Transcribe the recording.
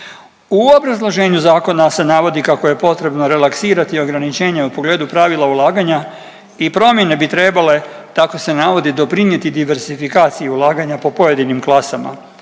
U obrazloženju zakona se navodi kako je potrebno relaksirati ograničenje u pogledu pravila ulaganja i promjene bi trebale, tako se navodi, doprinijeti diversifikaciji ulaganja po pojedinim klasama